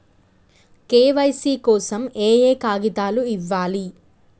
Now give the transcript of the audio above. KYC కోసం ఏయే కాగితాలు ఇవ్వాలి?